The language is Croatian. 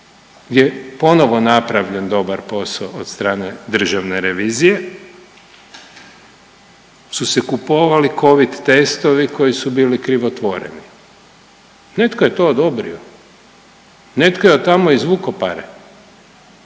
je ponovno napravljen dobar posao od strane Državne revizije su se kupovali Covid testovi koji su bili krivotvoreni. Netko je to odobrio. Netko je od tamo izvukao pare